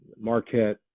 Marquette